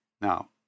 Now